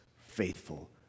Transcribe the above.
faithful